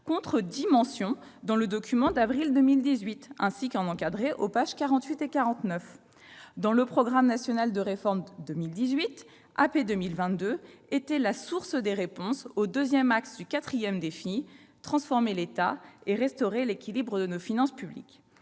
leur accordait dix mentions, ainsi qu'un encadré aux pages 48 et 49. Dans le programme national de réforme 2018, Action publique 2022 était la source des réponses au deuxième axe du quatrième défi, « transformer l'État et restaurer l'équilibre de nos finances publiques